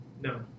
No